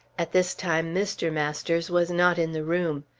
at this time mr. masters was not in the room.